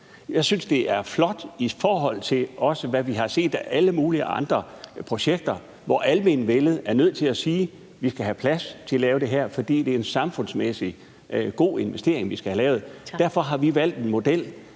Jeg synes, det er flot, også i forhold til hvad vi har set af alle mulige andre projekter. Almenvellet er nødt til at sige: Vi skal have plads til at lave det her, for det er en samfundsmæssigt god investering, vi skal have lavet. Derfor har vi valgt en model,